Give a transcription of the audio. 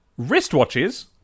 wristwatches